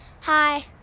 Hi